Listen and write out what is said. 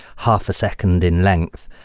half a second in length,